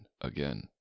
again